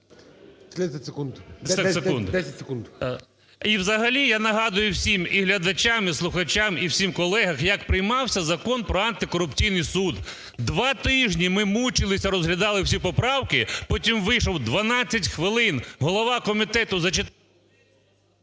О.В. І взагалі я нагадую всім – і глядачам, і слухачам, і всім колегам – як приймався Закон про антикорупційний суд. Два тижні ми мучилися, розглядали всі поправки. Потім вийшов, 12 хвилин голова комітету зачитав…